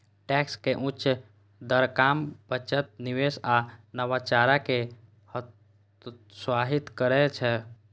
tax के उच्च दर काम, बचत, निवेश आ नवाचार कें हतोत्साहित करै छै